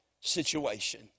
situation